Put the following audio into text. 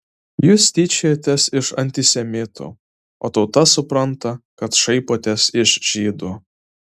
jūs tyčiojatės iš antisemitų o tauta supranta kad šaipotės iš žydų